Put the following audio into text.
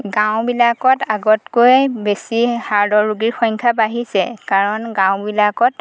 গাঁওবিলাকত আগতকৈ বেছি হাৰ্টৰ ৰোগীৰ সংখ্যা বাঢ়িছে কাৰণ গাঁওবিলাকত